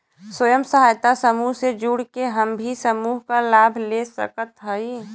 स्वयं सहायता समूह से जुड़ के हम भी समूह क लाभ ले सकत हई?